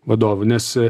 vadovų nes